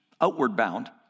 outward-bound